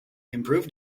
improved